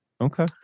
okay